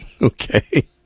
Okay